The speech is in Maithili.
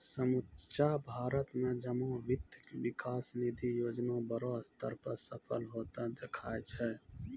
समुच्चा भारत मे जमा वित्त विकास निधि योजना बड़ो स्तर पे सफल होतें देखाय छै